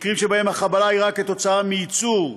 מקרים שבהם החבלה אירעה כתוצאה מייצור,